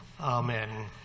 Amen